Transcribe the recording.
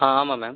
ஆ ஆமாம் மேம்